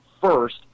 first